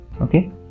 Okay